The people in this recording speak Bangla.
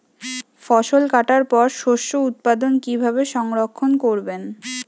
ফসল কাটার পর শস্য উৎপাদন কিভাবে সংরক্ষণ করবেন?